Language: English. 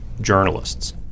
journalists